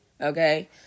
okay